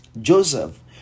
Joseph